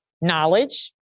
knowledge